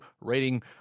rating